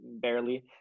barely